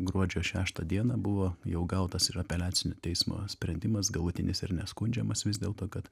gruodžio šeštą dieną buvo jau gautas ir apeliacinio teismo sprendimas galutinis ir neskundžiamas vis dėlto kad